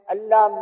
Allah